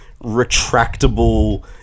retractable